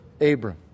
Abram